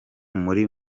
muri